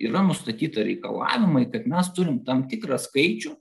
yra nustatyta reikalavimai kad mes turim tam tikrą skaičių